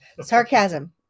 Sarcasm